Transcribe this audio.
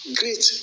great